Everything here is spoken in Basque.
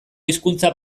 hizkuntza